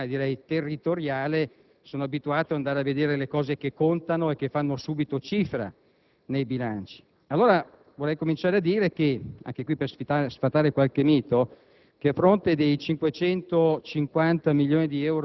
forse per deformazione prima ancora che professionale direi territoriale, io sono abituato ad andare a vedere i dati che contano e che fanno subito cifra nei bilanci. Per cominciare, anche qui per sfatare qualche mito,